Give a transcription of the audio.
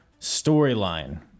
storyline